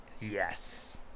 Yes